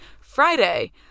friday